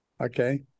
okay